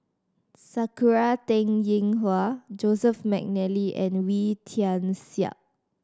Sakura Teng Ying Hua Joseph McNally and Wee Tian Siak